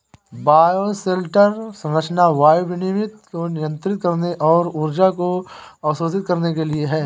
bioshelter संरचना वायु विनिमय को नियंत्रित करने और ऊर्जा को अवशोषित करने के लिए है